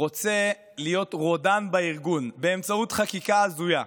רוצה להיות רודן בארגון באמצעות חקיקה הזויה,